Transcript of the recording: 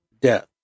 death